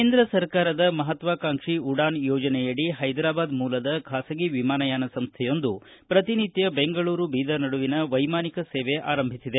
ಕೇಂದ್ರ ಸರ್ಕಾರದ ಮಹತ್ವಾಕಾಂಕ್ಷಿ ಉಡಾನ್ ಯೋಜನೆಯಡಿ ಹೈದರಾಬಾದ್ ಮೂಲದ ಖಾಸಗಿ ವಿಮಾನಯಾನ ಸಂಸ್ಥೆಯೊಂದು ಪ್ರತಿ ನಿತ್ಕ ಬೆಂಗಳೂರು ಬೀದರ್ ನಡುವಿನ ವೈಮಾನಿಕ ಸೇವೆ ಆರಂಭಿಸಿದೆ